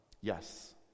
Yes